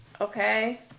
Okay